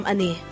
Ani